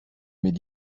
m’est